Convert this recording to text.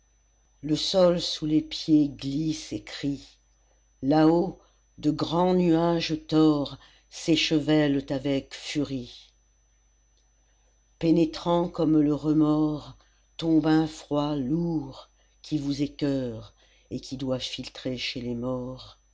le sol sous les pieds glisse et crie là-haut de grands nuages tors s'échevèlent avec furie pénétrant comme le remords tombe un froid lourd qui vous écoeure et qui doit filtrer chez les morts